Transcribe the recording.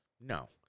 No